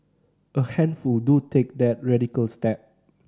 a handful do take that radical step